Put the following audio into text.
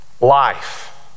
life